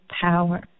power